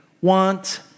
want